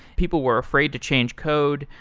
people were afraid to change code,